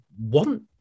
want